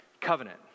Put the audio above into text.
covenant